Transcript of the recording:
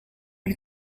lui